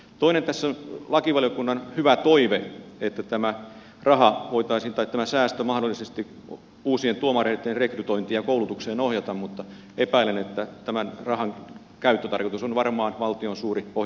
toinen on tässä lakivaliokunnan hyvä toive että tämä raha tai tämä säästö voitaisiin mahdollisesti uu sien tuomareitten rekrytointiin ja koulutukseen ohjata mutta epäilen että tämän rahan käyttötarkoitus on varmaan valtion suuri pohjaton kassa